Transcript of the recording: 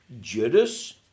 Judas